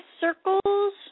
circles